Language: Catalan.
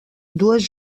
dues